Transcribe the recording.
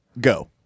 go